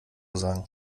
sagen